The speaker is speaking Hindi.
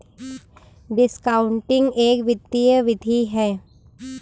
डिस्कॉउंटिंग एक वित्तीय विधि है